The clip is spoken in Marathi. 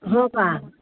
हो का